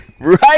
Right